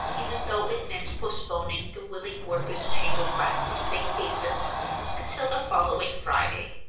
even though it meant postponing the willing workers' tango class of st. asaph's until the following friday.